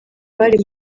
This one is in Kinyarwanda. bari